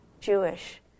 Jewish